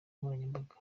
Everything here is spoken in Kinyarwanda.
nkoranyambaga